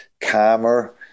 calmer